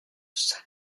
san